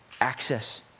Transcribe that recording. access